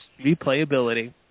Replayability